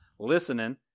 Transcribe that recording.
Listening